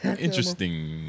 Interesting